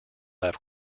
have